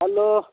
hello